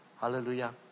Hallelujah